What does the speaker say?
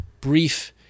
brief